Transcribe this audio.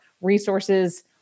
resources